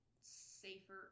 safer